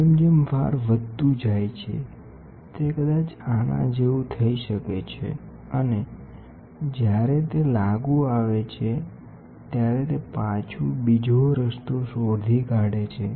જેમ જેમ ભાર વધતો જાય છે તે કદાચ આના જેમ જઇ શકે છે અને જ્યારે આવે છે ત્યારે તે પાછો બીજો રસ્તો શોધી કાઢે છે